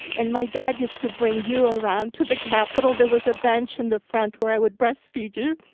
and my dad used to bring you around to the capitol. there was a bench in the front where i would breastfeed you.